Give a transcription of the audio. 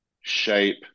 shape